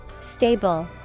Stable